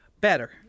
Better